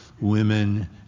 women